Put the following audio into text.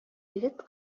егет